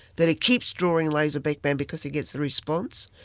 that he keeps drawing laser beak man because he gets the response.